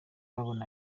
babona